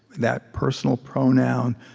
that personal pronoun,